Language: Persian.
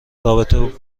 رابطه